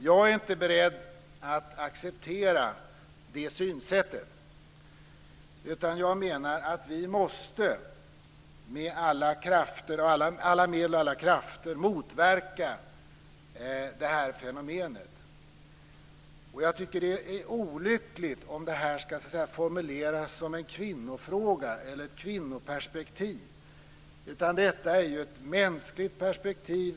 Jag är inte beredd att acceptera det synsättet, utan jag menar att vi måste, med alla medel och alla krafter, motverka det här fenomenet. Jag tycker det är olyckligt om det här ska formuleras som en kvinnofråga eller i ett kvinnoperspektiv. Detta är ett mänskligt perspektiv.